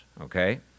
okay